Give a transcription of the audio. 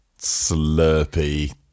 slurpy